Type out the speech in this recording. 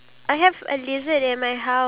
sholada